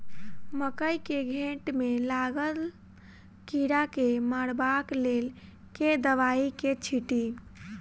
मकई केँ घेँट मे लागल कीड़ा केँ मारबाक लेल केँ दवाई केँ छीटि?